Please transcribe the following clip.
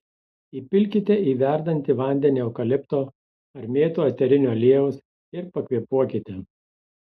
įpilkite į verdantį vandenį eukalipto ar mėtų eterinio aliejaus ir pakvėpuokite